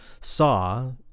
SAW